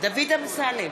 דוד אמסלם,